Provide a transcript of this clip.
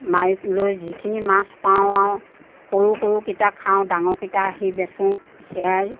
মাৰি লৈ যিখিনি মাছ পাওঁ আৰু সৰু সৰু কেইটা খাওঁ ডাঙৰ কেইটা আহি বেচোঁ সেয়াই